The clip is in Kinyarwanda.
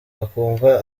akumva